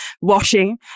washing